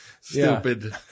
stupid